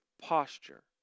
posture